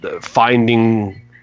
finding